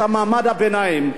את מעמד הביניים,